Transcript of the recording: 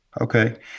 Okay